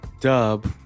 dub